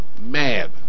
mad